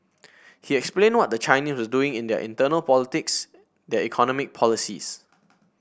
he explained what the Chinese were doing in their internal politics their economic policies